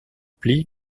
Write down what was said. pli